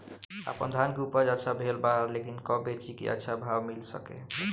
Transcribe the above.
आपनधान के उपज अच्छा भेल बा लेकिन कब बेची कि अच्छा भाव मिल सके?